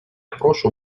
прошу